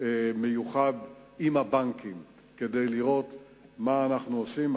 מיוחד עם הבנקים כדי לראות מה אנחנו עושים.